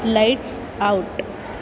lights out